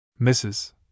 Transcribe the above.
Mrs